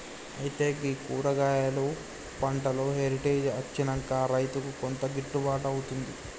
అయితే గీ కూరగాయలు పంటలో హెరిటేజ్ అచ్చినంక రైతుకు కొంత గిట్టుబాటు అవుతుంది